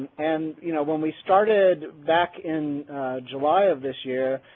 and, you know, when we started back in july of this year,